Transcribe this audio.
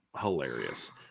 hilarious